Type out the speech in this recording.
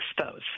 expose